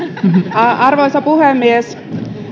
arvoisa puhemies